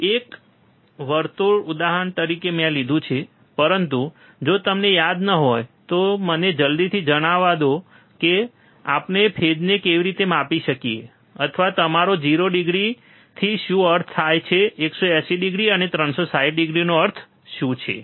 મેં એક વર્તુળનું ઉદાહરણ લીધું છે પરંતુ જો તમને યાદ ન હોય તો મને જલ્દીથી જણાવવા દો કે આપણે ફેજને કેવી રીતે માપી શકીએ અથવા તમારો 0 ડિગ્રીથી શું અર્થ થાય છે 180૦ અને તમે 360૦ નો અર્થ શું છે